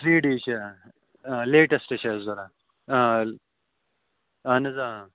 three D چھِ آ لیٹیسٹہٕ چھِ اَسہِ ضروٗرت آ اَہَن حظ آ